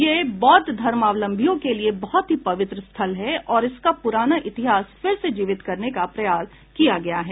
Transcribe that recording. यह बौद्ध धर्मावलंबियों के लिए बहुत ही पवित्र स्थल है और इसका पुराना इतिहास फिर से जीवित करने का प्रयास किया गया है